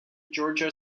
georgia